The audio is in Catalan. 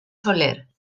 soler